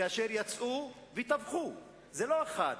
כאשר יצאו וטבחו, לא אחד,